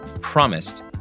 promised